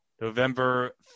November